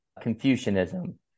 Confucianism